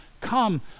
Come